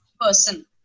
person